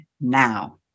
now